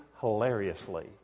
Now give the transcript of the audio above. hilariously